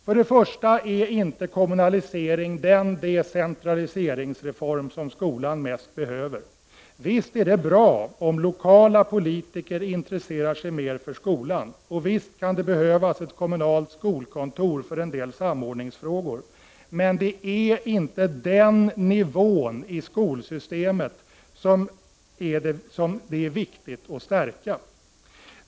För det första är inte kommunalisering den decentraliseringsreform som skolan mest behöver. Visst är det bra om lokala politiker intresserar sig mer för skolan, och visst kan det behövas ett kommunalt skolkontor för en del samordningsfrågor. Men det är inte den nivån i skolsystemet som det är viktigt att stärka.